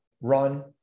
run